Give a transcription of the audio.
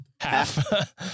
Half